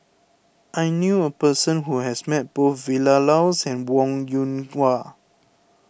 I knew a person who has met both Vilma Laus and Wong Yoon Wah